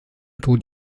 tod